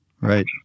Right